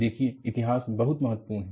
देखिए इतिहास बहुत महत्वपूर्ण है